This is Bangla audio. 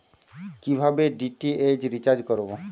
কিভাবে ডি.টি.এইচ রিচার্জ করব?